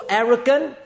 arrogant